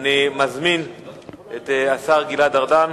אני מזמין את השר גלעד ארדן